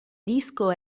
disco